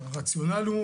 הרציונל הוא